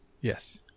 Yes